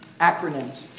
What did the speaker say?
Acronyms